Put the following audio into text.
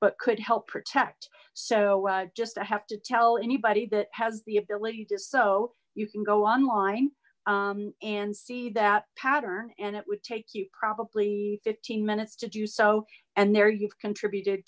but could help protect so just i have to tell anybody that has the ability to so you can go online and see that pattern and it would take you probably fifteen minutes to do so and there you've contributed